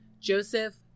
Joseph